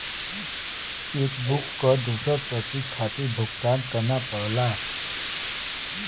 check book क दूसर प्रति खातिर भुगतान करना पड़ला